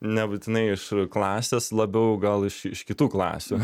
nebūtinai iš klasės labiau gal iš iš kitų klasių